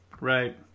right